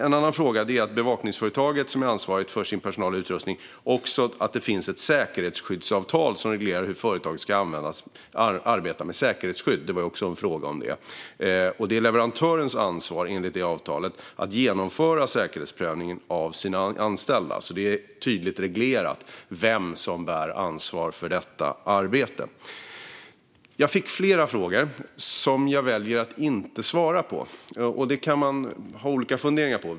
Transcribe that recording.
En annan fråga är att bevakningsföretaget, som är ansvarigt för sin personal och sin utrustning, också har ett säkerhetskyddsavtal som reglerar hur företaget ska arbeta med säkerhetsskydd. Enligt det avtalet är det leverantörens ansvar att genomföra säkerhetsprövningen av sina anställda. Det är alltså tydligt reglerat vem som bär ansvaret för detta arbete. Jag fick flera frågor som jag väljer att inte svara på. Det kan man ha olika funderingar om.